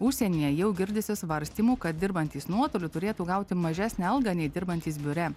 užsienyje jau girdisi svarstymų kad dirbantys nuotoliu turėtų gauti mažesnę algą nei dirbantys biure